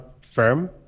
firm